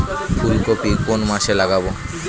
ফুলকপি কোন মাসে লাগাবো?